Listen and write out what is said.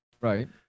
right